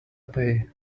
pay